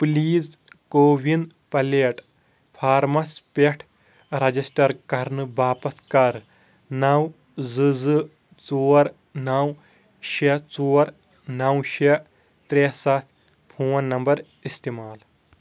please CoWIN پلیٹ فارمَس پٮ۪ٹھ رجسٹر کرنہٕ باپتھ کر نَو زٕ زٕ ژور نَو شیے ژور نَو شے ترے ستھ فون نمبر استعمال